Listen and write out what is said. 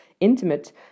intimate